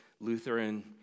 Lutheran